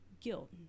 guilt